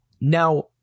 now